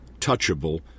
touchable